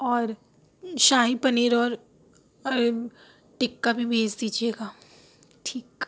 اور شاہی پنیر اور ٹکہ بھی بھیج دیجیے گا ٹھیک